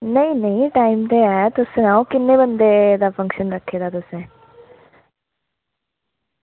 नेईं नेईं टैम ते ऐ तुसें किन्ने बंदे दा फंक्शन रक्खे दा तुसें